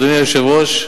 אדוני היושב-ראש,